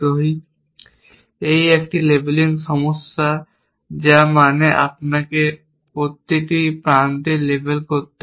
এখন এটি একটি লেবেলিং সমস্যা যার মানে আপনাকে প্রতিটি প্রান্তকে লেবেল করতে হবে